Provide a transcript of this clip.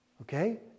Okay